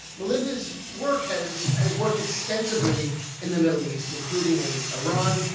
melinda's work has has worked extensively in the middle east including in iran,